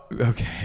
Okay